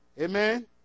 Amen